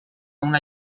una